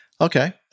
Okay